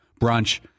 brunch